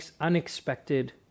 unexpected